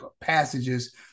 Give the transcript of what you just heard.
passages